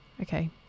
Okay